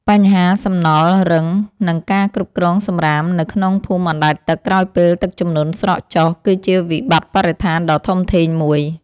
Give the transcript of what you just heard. បញ្ហាសំណល់រឹង និងការគ្រប់គ្រងសម្រាមនៅក្នុងភូមិអណ្តែតទឹកក្រោយពេលទឹកជំនន់ស្រកចុះ គឺជាវិបត្តិបរិស្ថានដ៏ធំធេងមួយ។